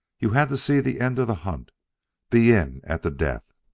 you had to see the end of the hunt be in at the death?